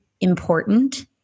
important